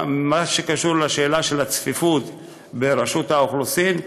מה שקשור לשאלה של הצפיפות ברשות האוכלוסין,